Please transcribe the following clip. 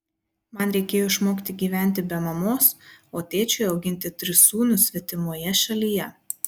man reikėjo išmokti gyventi be mamos o tėčiui auginti tris sūnus svetimoje šalyje